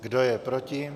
Kdo je proti?